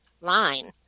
line